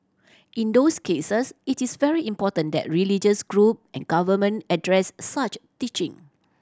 in those cases it is very important that religious group and government address such teaching